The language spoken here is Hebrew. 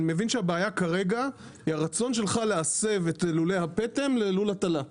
אני מבין שהבעיה כרגע היא הרצון שלך להסב את לולי הפטם ללול הטלה.